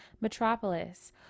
Metropolis